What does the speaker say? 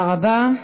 תודה רבה.